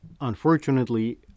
unfortunately